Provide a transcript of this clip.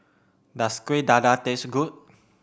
does Kueh Dadar taste good